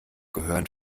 gehören